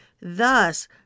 Thus